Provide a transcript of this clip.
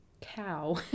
cow